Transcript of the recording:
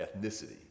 ethnicity